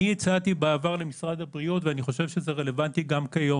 אני הצעתי בעבר למשרד הבריאות ואני חושב שזה רלוונטי גם כיום